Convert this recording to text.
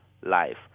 life